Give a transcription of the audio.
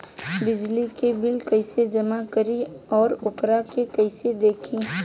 बिजली के बिल कइसे जमा करी और वोकरा के कइसे देखी?